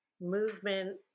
movement